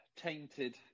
tainted